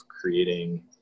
creating